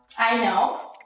i know